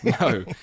no